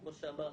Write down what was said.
כמו שאמרת,